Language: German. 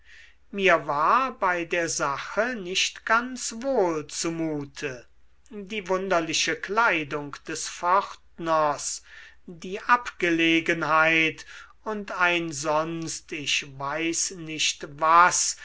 mir war bei der sache nicht ganz wohl zu mute die wunderliche kleidung des pförtners die abgelegenheit und ein sonst ich weiß nicht was